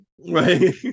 right